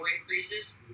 increases